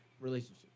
relationship